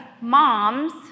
moms